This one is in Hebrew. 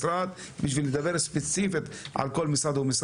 בשביל לדבר ספציפית על כל אחד מכם.